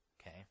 Okay